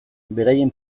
beraien